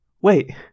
Wait